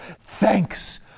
Thanks